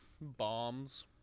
bombs